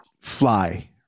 fly